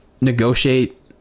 negotiate